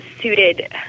suited